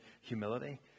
humility